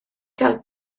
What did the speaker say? gael